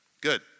good